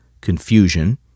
confusion